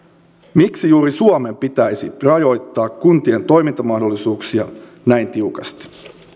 miksi juuri suomen pitäisi rajoittaa kuntien toimintamahdollisuuksia näin tiukasti